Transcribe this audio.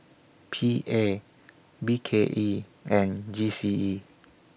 P A B K E and G C E